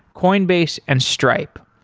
coinbase and stripe.